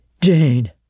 Jane